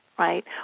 right